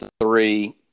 three